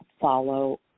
follow